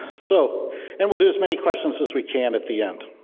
so and we'll do as many questions as we can at the end.